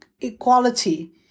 equality